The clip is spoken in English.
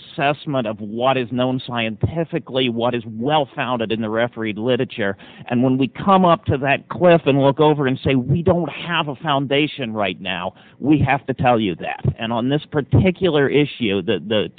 assessment of what is known scientifically what is well founded in the refereed literature and when we come up to that cliff and look over and say we don't have a foundation right now we have to tell you that and on this particular issue